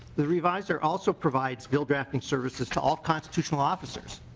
the revisor also provides bill drafting services to all constitutional officers.